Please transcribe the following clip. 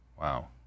Wow